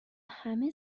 همه